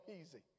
easy